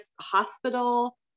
hospital